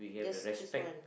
just choose one